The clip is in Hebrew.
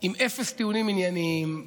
עם אפס טיעונים ענייניים,